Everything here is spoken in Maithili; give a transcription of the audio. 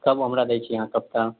कब हमरा दै छी अहाँ कविता